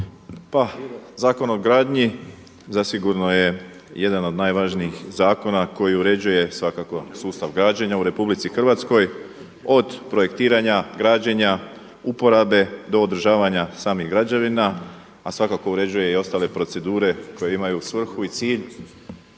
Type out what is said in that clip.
Pa Zakon o gradnji zasigurno je jedan od najvažnijih zakona koji uređuje svakako sustav građenja u RH od projektiranja, građenja, uporabe, do održavanja samih građevina, a svakako uređuje i ostale procedure koje imaju svrhu i cilj